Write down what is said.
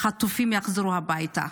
שהחטופים יחזרו הביתה.